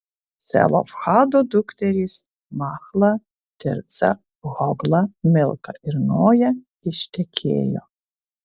celofhado dukterys machla tirca hogla milka ir noja ištekėjo